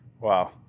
Wow